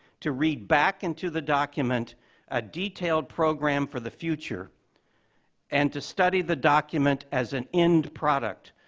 to read back into the document a detailed program for the future and to study the document as an end product,